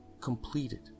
completed